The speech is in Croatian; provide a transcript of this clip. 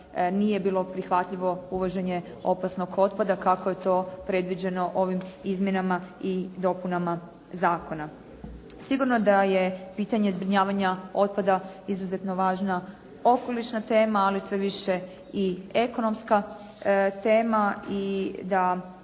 nije bilo prihvatljivo uvođenje opasnog otpada kako je to predviđeno ovim izmjenama i dopunama zakona. Sigurno da je pitanje zbrinjavanja otpada izuzetno važna okolišna tema, ali sve više i ekonomska tema i da